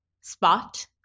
spot